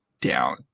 down